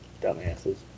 Dumbasses